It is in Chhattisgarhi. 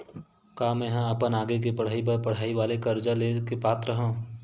का मेंहा अपन आगे के पढई बर पढई वाले कर्जा ले के पात्र हव?